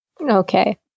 Okay